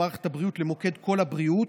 במערכת הבריאות למוקד קול הבריאות,